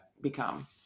become